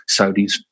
Saudis